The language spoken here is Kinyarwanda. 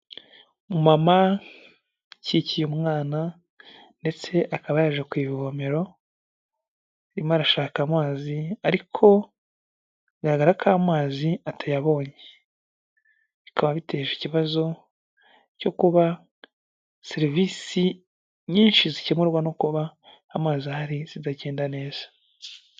Umumama ucyikiye umwana ndetse akaba yaje ku ivomero, arimo arashaka amazi ariko bigaragara ko amazi atayabonye. Bikaba biteje ikibazo cyo kuba serivisi nyinshi zikemurwa no kuba amazi ahari zitagenda neza.